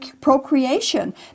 procreation